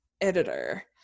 editor